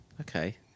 okay